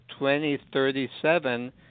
2037